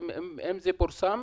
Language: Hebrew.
האם זה פורסם?